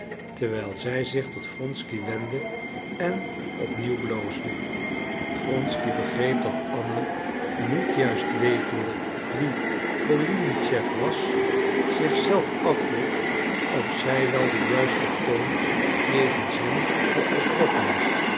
terwijl zij zich tot wronsky wendde en op nieuw bloosde wronsky begreep dat anna niet juist wetende wie golinitschef was zich zelf afvroeg of zij wel den juisten toon jegens hem had getroffen